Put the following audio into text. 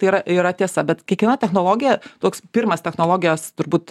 tai yra yra tiesa bet kiekviena technologija toks pirmas technologijos turbūt